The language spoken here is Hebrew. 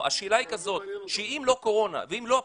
היא כזאת, אם לא הקורונה ואם לא הפניות,